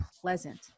pleasant